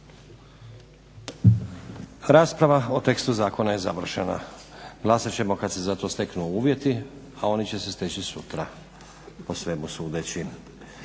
Rasprava o tekstu zakona je završena. Glasat ćemo kad se za to steknu uvjeti, a oni će se steći sutra po svemu sudeći.